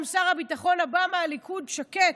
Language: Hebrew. גם שר הביטחון הבא מהליכוד שקט.